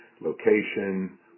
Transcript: location